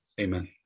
Amen